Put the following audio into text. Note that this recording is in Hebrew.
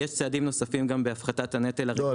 יש צעדים נוספים גם בהפחתת הנטל --- לא,